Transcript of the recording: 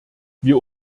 wir